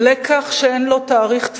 לקח שאין לו תאריך תפוגה,